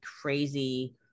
crazy